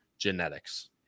genetics